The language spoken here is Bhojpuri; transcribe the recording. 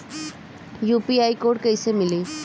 यू.पी.आई कोड कैसे मिली?